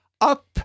up